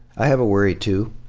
i have a worry too